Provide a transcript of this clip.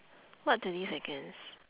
what twenty seconds